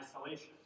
isolation